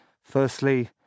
Firstly